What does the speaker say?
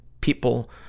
people